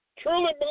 Truly